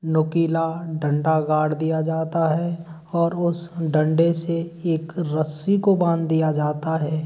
नुकीला डंडा गाड़ दिया जाता है और उस डंडे से एक रस्सी को बाँध दिया जाता है